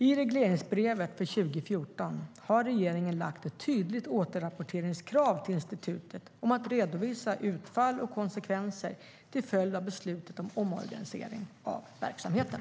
I regleringsbrevet för 2014 har regeringen lagt ett tydligt återrapporteringskrav till institutet om att redovisa utfall och konsekvenser till följd av beslutet om omorganiseringen av verksamheten.